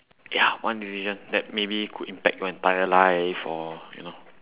ya one decision that maybe could impact your entire life or you know